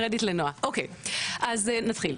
קרדיט לנועה, אוקי אז נתחיל.